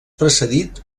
precedit